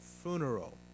funeral